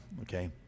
Okay